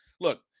look